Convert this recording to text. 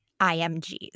IMGs